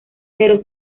pero